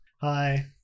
hi